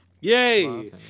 Yay